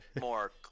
more